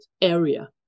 area